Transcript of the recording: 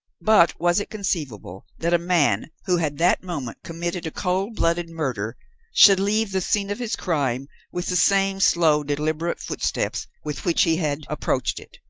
but was it conceivable that a man who had that moment committed a cold-blooded murder should leave the scene of his crime with the same slow, deliberate footsteps with which he had approached it?